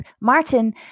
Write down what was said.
Martin